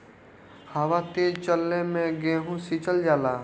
हवा तेज चलले मै गेहू सिचल जाला?